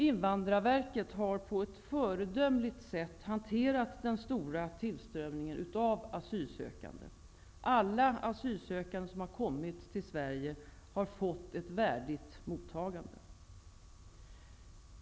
Invandrarverket har på ett föredömligt sätt hanterat den stora tillströmningen av asylsökande. Alla asylsökande som har kommit till Sverige har fått ett värdigt mottagande.